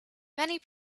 many